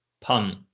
punt